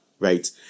Right